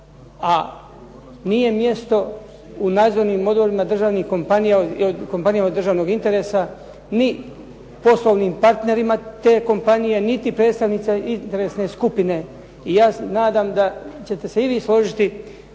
a nije mjesto u nadzornim odborima državnih kompanija od državnog interesa ni poslovnim partnerima te kompanije, niti predstavnica interesne skupine. I ja se nadam da ćete se i vi složiti